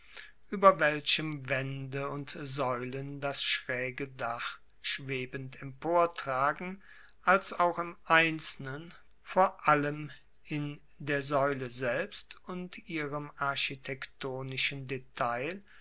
ueber welchem waende und saeulen das schraege dach schwebend emportragen als auch im einzelnen vor allem in der saeule selbst und ihrem architektonischen detail